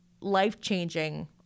life-changing